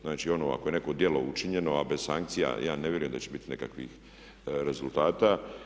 Znači, ono ako je neko djelo učinjeno, a bez sankcija, ja ne vjerujem da će bit nekakvih rezultata.